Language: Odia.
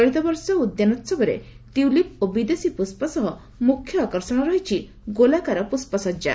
ଚଳିତ ବର୍ଷ ଉଦ୍ୟାନୋହବରେ ଟ୍ୟୁଲିପ୍ ଓ ବିଦେଶୀ ପୁଷ୍ପ ସହ ମୁଖ୍ୟ ଆକର୍ଷଣ ରହିଛି ଗୋଲାକାର ପୁଷ୍ପ ସଜ୍ଜା